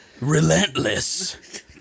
Relentless